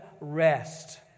rest